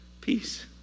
Peace